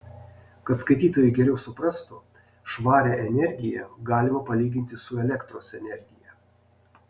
kad skaitytojai geriau suprastų švarią energiją galima palyginti su elektros energija